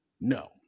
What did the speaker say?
No